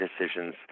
decisions